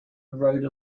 rode